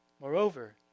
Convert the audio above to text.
Moreover